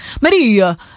Maria